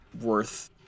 worth